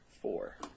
four